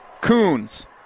Coons